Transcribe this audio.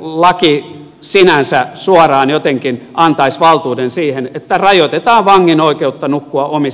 laki sinänsä suoraan jotenkin antaisi valtuuden siihen että rajoitetaan vangin oikeutta nukkua omissa vuodevaatteissaan